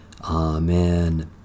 Amen